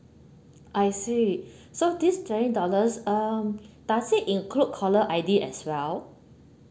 I see so this twenty dollars uh does it include caller I_D as well